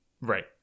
Right